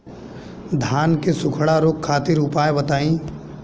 धान के सुखड़ा रोग खातिर उपाय बताई?